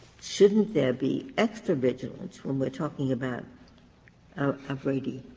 shouldn't there be extra vigilance when we are talking about a brady